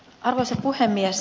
arvoisa puhemies